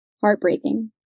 Heartbreaking